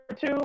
two